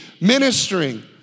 ministering